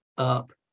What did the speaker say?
up